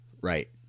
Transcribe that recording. Right